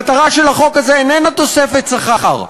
המטרה של החוק הזה איננה תוספת שכר,